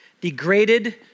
degraded